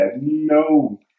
no